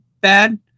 bad